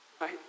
right